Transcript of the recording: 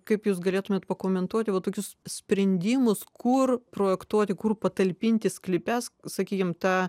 kaip jūs galėtumėt pakomentuoti va tokius sprendimus kur projektuoti kur patalpinti sklype s sakykim tą